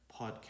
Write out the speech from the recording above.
podcast